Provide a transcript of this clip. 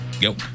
Go